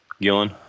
Gillen